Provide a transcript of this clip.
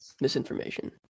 misinformation